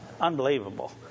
Unbelievable